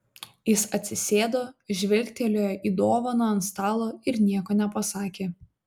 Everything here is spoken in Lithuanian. jis atsisėdo žvilgtelėjo į dovaną ant stalo ir nieko nepasakė